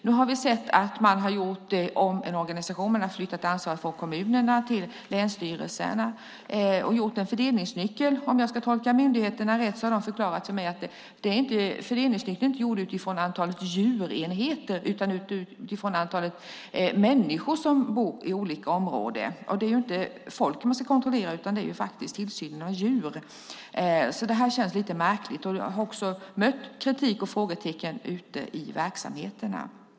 Nu har vi sett att man har gjort en omorganisation och flyttat ansvaret från kommunerna till länsstyrelserna och gjort en fördelningsnyckel som, om jag ska tolka myndigheterna rätt, inte är gjord utifrån antalet djurenheter utan utifrån antalet människor som bor i olika områden. Men det är ju inte folk man ska kontrollera, utan det är faktiskt tillsynen av djur det handlar om. Detta känns alltså lite märkligt, och jag har också mött kritik och frågtecken ute i verksamheterna.